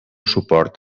suport